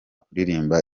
kuririmba